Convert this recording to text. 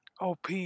OP